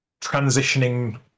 transitioning